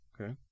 okay